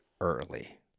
early